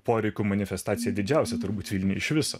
poreikių manifestacija didžiausia turbūt iš viso